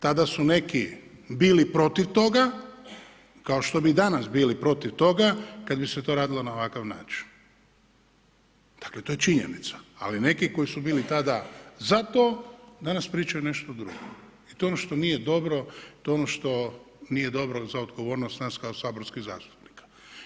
Tada su neki bili protiv toga, kao što bi danas bili protiv toga kad bi se to radilo na ovakav način. dakle to je činjenica ali neki koji su bili tada za to, danas pričaju nešto drugo i to je ono što nije dobro i to je ono što nije dobro za odgovornost nas kao saborskih zastupnika.